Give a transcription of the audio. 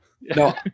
No